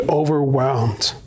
overwhelmed